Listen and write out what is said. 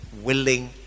willing